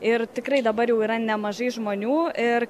ir tikrai dabar jau yra nemažai žmonių ir